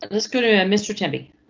let's go to mr chevy.